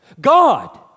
God